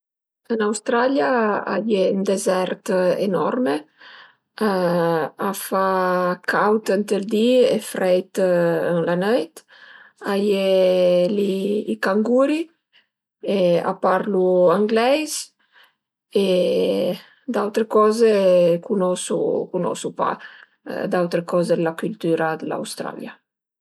Ën Australia a ie ën dezert enorme, a fa caud ënt ël di e frei ël la nöit, a ie li i canguri e a parlu angleis e d'autre coze cunosu cunosu pa, d'autre coze d'la cültüra dë l'Australia